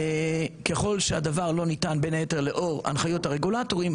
ככל שהדבר לא ניתן בין היתר לאור הנחיות הרגולטורים,